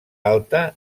alta